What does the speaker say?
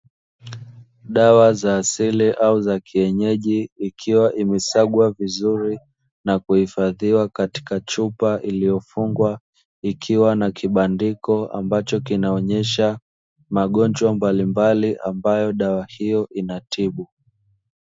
Dawa za asili au za kienyeji ikiwa imesagwa vizuri na kuhifadhiwa katika chupa iliyofungwa, ikiwa na kibandiko ambacho kinaonesha magonjwa mbalimbali ambayo dawa hiyo inatibu.